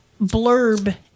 blurb